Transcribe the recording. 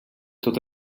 tot